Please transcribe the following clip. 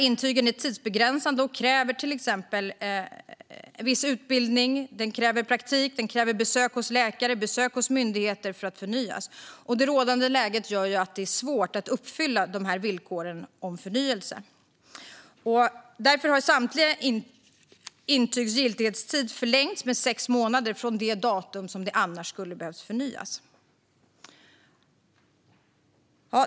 Intygen är tidsbegränsade och kräver till exempel viss utbildning, praktik, besök hos läkare och besök hos myndigheter för att förnyas. Det rådande läget gör det svårt att uppfylla dessa villkor för förnyelse. Därför har samtliga intygs giltighetstid förlängts med sex månader från det datum då de annars skulle ha behövt förnyas.